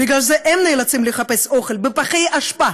בגלל זה הם נאלצים לחפש אוכל בפחי האשפה,